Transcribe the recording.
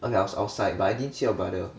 I mean I was outside but I didn't see your brother